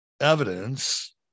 evidence